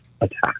attack